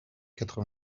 quatre